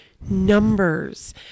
numbers